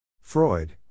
Freud